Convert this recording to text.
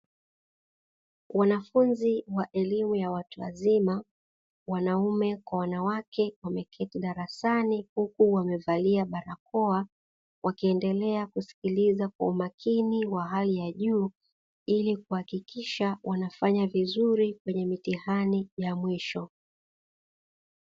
Wanafunzi wa elimu ya watu wazima wanaume kwa wanawake wameketi darasani, huku wamevalia barakoa wakiendelea kusikiliza kwa umakini wa hali ya juu ili kuhakikisha wanafanya vizuri kwenye mitihani ya mwisho.